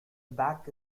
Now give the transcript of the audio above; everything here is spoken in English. back